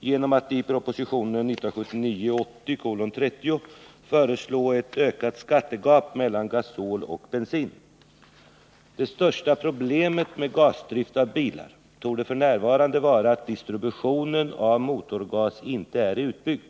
genom att i propositionen 1979/ 80:30 föreslå ett ökat skattegap mellan gasol och bensin. Det största problemet med gasdrift av bilar torde f. n. vara att distributionen av motorgas inte är utbyggd.